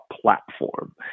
platform